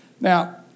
Now